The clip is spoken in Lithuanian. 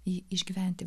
jį išgyventi